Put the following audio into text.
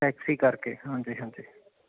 taxi ਕਰਕੇ ਹਾਂਜੀ ਹਾਂਜੀ